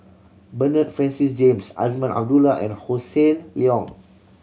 Bernard Francis James Azman Abdullah and Hossan Leong